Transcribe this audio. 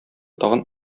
тагын